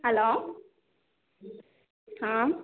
hello ആ